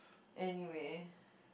anyway